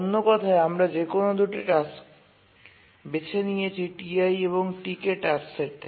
অন্য কথায় আমরা যেকোন দুটি টাস্ক বেছে নিয়েছি Ti এবং Tk টাস্কসেট থেকে